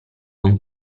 con